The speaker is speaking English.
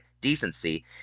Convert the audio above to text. decency